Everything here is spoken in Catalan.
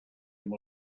amb